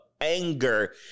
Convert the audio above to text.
anger